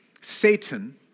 Satan